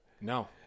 No